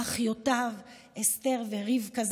אחיותיו אסתר ורבקה,